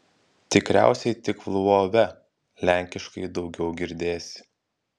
tikriausiai tik lvove lenkiškai daugiau girdėsi